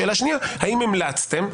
שאלה שנייה, האם המלצתם?